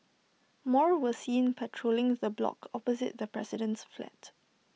more were seen patrolling the block opposite the president's flat